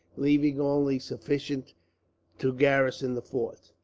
leaving only sufficient to garrison the fort.